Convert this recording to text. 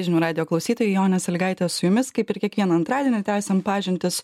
žinių radijo klausytojai jonė sąlygaitė su jumis kaip ir kiekvieną antradienį tęsiam pažintis